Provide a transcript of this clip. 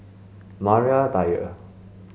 Maria Dyer